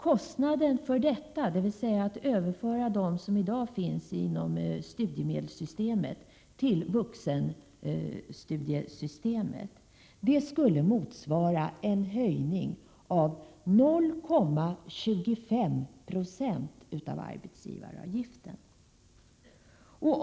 Kostnaden för att överföra dem som i dag finns inom studiemedelssystemet till vuxenstudiesystemet skulle motsvara en höjning av arbetsgivaravgiften med 0,25 26.